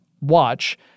watch